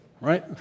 Right